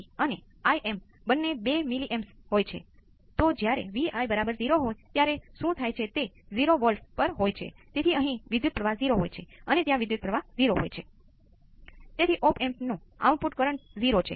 પછી અંતિમ સ્થિતિ અથવા અચળ ઇનપુટ્સ માં રહેશે